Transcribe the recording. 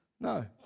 No